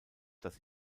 dass